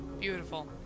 Beautiful